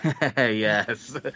Yes